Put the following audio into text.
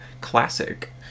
classic